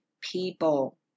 people